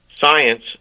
science